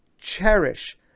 cherish